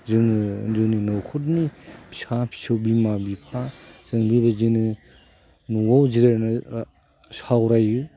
जोङो जोंनि न'खरनि फिसा फिसौ बिमा बिफा जों बेबायदिनो न'आव जिरायना सावरायो